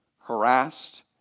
harassed